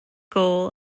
goal